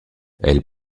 elle